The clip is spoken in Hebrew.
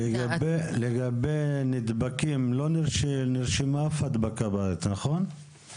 לגבי נדבקים, לא נרשמה אף הדבקה באדם, נכון?